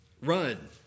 Run